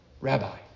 Rabbi